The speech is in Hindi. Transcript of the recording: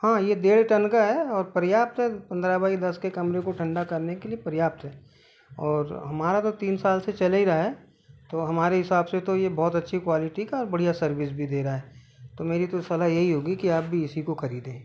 हाँ यह डेढ़ टन का है और पर्याप्त है पंद्रह बाई दस के कमरे को ठंडा करने के लिए पर्याप्त है और हमारा तो तीन साल से चल ही रहा है तो हमारे हिसाब से तो यह बहुत अच्छी क्वालिटी का है बढ़िया सर्विस भी दे रहा है तो मेरी तो सलाह यही होगी कि आप भी इसी को ख़रीदें